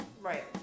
Right